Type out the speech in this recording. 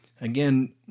Again